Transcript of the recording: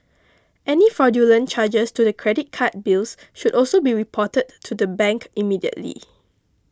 any fraudulent charges to the credit card bills should also be reported to the bank immediately